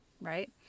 right